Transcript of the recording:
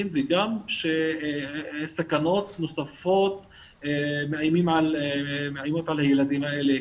וגם שסכנות נוספות מאיימות על הילדים האלה.